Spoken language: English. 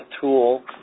tool